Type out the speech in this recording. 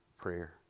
prayer